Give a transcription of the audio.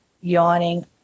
yawning